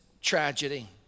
tragedy